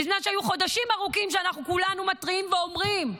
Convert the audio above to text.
בזמן שחודשים ארוכים כולנו מתריעים ואומרים: